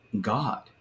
God